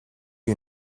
you